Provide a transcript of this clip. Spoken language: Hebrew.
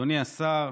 אדוני השר,